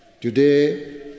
Today